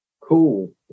Cool